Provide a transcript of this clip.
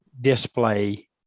display